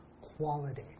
quality